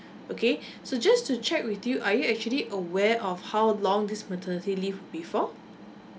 okay so just to check with you are you actually aware of how long this maternity leave will be for